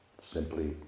simply